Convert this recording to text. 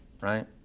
right